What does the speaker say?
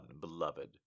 beloved